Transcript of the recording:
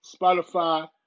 Spotify